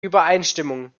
übereinstimmung